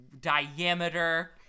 diameter